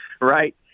right